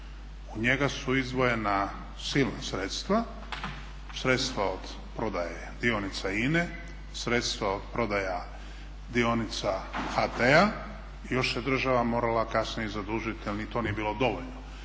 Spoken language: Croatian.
u njega su izdvojena silna sredstva, sredstva od prodaje dionica INA-e, sredstva od prodaja dionica HT-a i još se država morala kasnije zadužiti jer ni to nije bilo dovoljno.